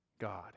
God